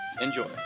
Enjoy